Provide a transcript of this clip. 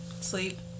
Sleep